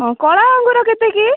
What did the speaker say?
ହଁ କଳା ଅଙ୍ଗୁର କେତେ କି